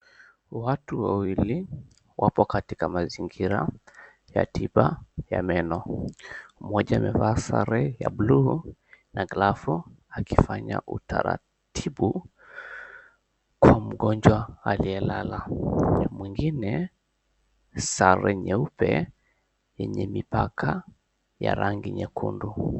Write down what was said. Watu wawili wapo katika mazingira ya tiba ya meno. Mmoja amevaa sare ya blue na glavu akifanya utaratibu kwa mgonjwa aliyelala. Mwingine sare nyeupe yenye mipaka ya rangi nyekundu.